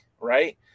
right